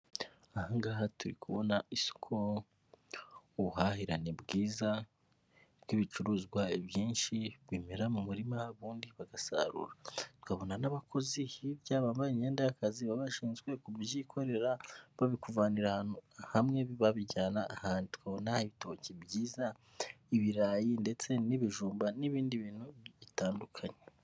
Ahangaha turi kubona isoko ubuhahirane bwiza bw'ibicuruzwa byinshi bimera mu murima ubundi bagasarura bakabona n'abakozi hirya bambaye imyenda y'akazi baba bashinzwe kubyikorera babikuvanira ahantu hamwe babijyana ahandi, tukabona ibitoki byiz,a ibirayi ndetse n'ibijumba n'ibindi bintu bitandukanye.